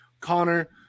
Connor